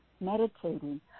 meditating